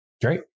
Great